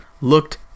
looked